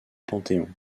panthéon